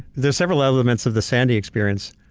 there's several elements of the sandy experience,